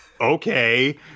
okay